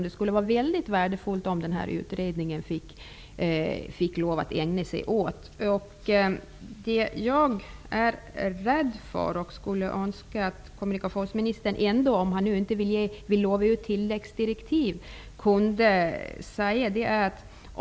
Det skulle vara mycket värdefullt om utredningen fick lov att ägna sig åt den. Det är en sak som jag är rädd för och som jag önskar att kommunikationsministern kunde säga något om, även om han inte vill lova att utfärda några tilläggsdirektiv.